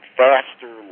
faster